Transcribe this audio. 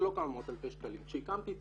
זה לא כמה מאות אלפי שקלים כשהקמתי את